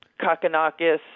Kakanakis